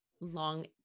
long